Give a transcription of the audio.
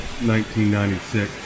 1996